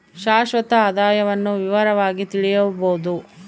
ಶಾಶ್ವತ ಆದಾಯವನ್ನು ವಿವರವಾಗಿ ತಿಳಿಯಬೊದು